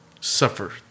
Suffer